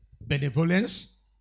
benevolence